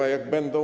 A jak będą.